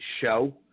show